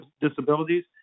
disabilities